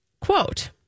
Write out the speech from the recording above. quote